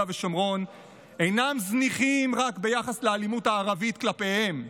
ושומרון אינם זניחים רק ביחס לאלימות הערבית כלפיהם,